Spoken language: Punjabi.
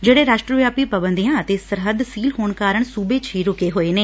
ਜਿਹੜੇ ਰਾਸਟਰ ਵਿਆਪੀ ਪਬੰਦੀਆਂ ਅਤੇ ਸਰਹੱਦਾਂ ਸੀਲ ਹੋਣ ਕਾਰਨ ਸੁਬੇ ਚ ਹੀ ਰਕੇ ਹੋਏ ਨੇ